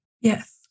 Yes